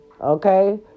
Okay